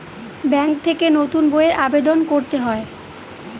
bank থেকে নতুন বইয়ের আবেদন করতে হয়